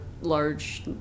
large